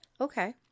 Okay